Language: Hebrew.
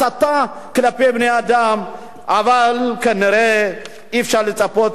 אבל כנראה אי-אפשר לצפות יותר ממה שהחבר'ה האלה אמרו.